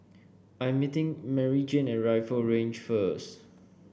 I'm meeting Maryjane at Rifle Range first